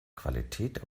qualität